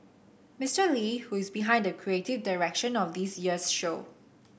Mister Lee who is behind the creative direction of this year's show